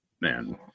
Man